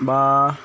বা